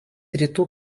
rytų